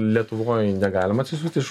lietuvoj negalima atsisiųst iš